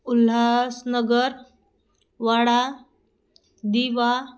Ulhasnagar Wada Diva